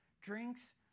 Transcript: Drinks